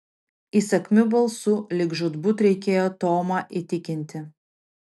įsakmiu balsu lyg žūtbūt reikėjo tomą įtikinti